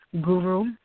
guru